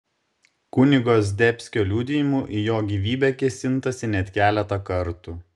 kunigo zdebskio liudijimu į jo gyvybę kėsintasi net keletą kartų